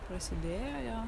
prasidėjo jo